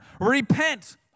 Repent